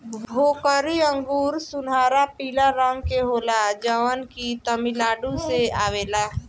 भोकरी अंगूर सुनहरा पीला रंग के होला जवन की तमिलनाडु से आवेला